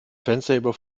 fensterheber